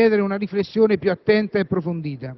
Ritengo doveroso, per tutto questo, chiedere una riflessione più attenta ed approfondita.